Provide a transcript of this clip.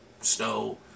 snow